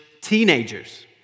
teenagers